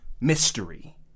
mystery